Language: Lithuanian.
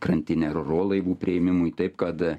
krantinę ro ro laivų priėmimui taip kad